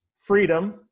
Freedom